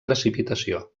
precipitació